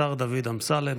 השר דוד אמסלם,